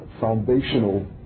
foundational